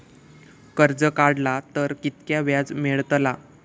कर्ज काडला तर कीतक्या व्याज मेळतला?